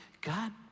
God